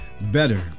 better